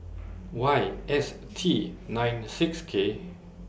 Y S T nine six K